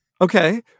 Okay